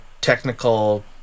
technical